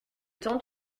temps